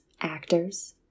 actors